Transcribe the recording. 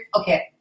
Okay